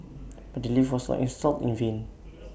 but the lift was not installed in vain